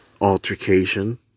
altercation